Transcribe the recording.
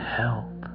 help